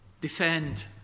defend